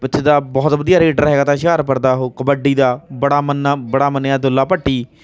ਇੱਥੇ ਦਾ ਬਹੁਤ ਵਧੀਆ ਰੇਡਰ ਹੈਗਾ ਤਾਂ ਹੁਸ਼ਿਆਰਪੁਰ ਦਾ ਉਹ ਕਬੱਡੀ ਦਾ ਬੜਾ ਮੰਨਾ ਬੜਾ ਮੰਨਿਆ ਦੁੱਲਾ ਭੱਟੀ